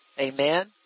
Amen